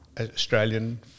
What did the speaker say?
Australian